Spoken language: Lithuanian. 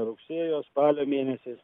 rugsėjo spalio mėnesiais